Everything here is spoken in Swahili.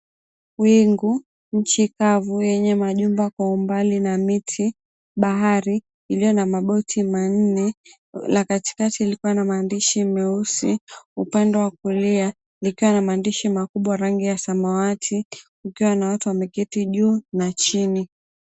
Wingu, nchi kavu yenye majumba kwa umbali na miti. Bahari iliyo na maboti manne, la katikati ilikuwa na maandishi meusi, upande wa kulia nikawa na maandishi makubwa rangi ya samawati, kukiwa na watu wameketi juu na chini.